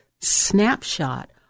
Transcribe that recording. Snapshot